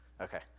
Okay